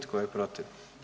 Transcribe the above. Tko je protiv?